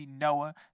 noah